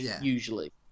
usually